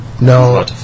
No